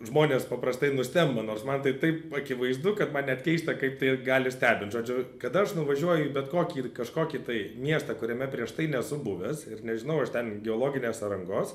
žmonės paprastai nustemba nors man tai taip akivaizdu kad man net keista kaip tai gali stebint žodžiu kada aš nuvažiuoju į bet kokį kažkokį tai miestą kuriame prieš tai nesu buvęs ir nežinau aš ten geologinės sąrangos